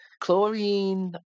Chlorine